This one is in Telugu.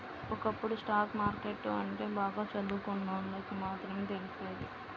ఒకప్పుడు స్టాక్ మార్కెట్టు అంటే బాగా చదువుకున్నోళ్ళకి మాత్రమే తెలిసేది